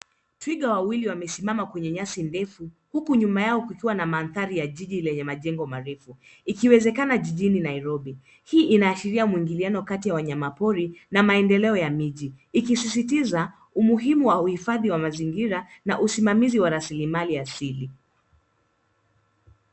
Twiga wawili wamesimama kwenye nyasi ndefu huku nyuma yao kukiwa na mandhari ya jiji lenye majengo marefu ikiwezekana jijini Nairobi. Hii inaashiria mwingiliano kati ya wanyama pori na maendeleo ya miji, ikisisitiza umuhimu wa uhifadhi wa mazingira na usimamizi wa rasilimali asili.